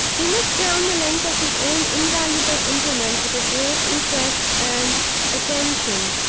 he looked down the length of his own invaluable implement, with a grave interest and attention,